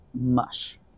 mush